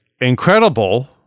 incredible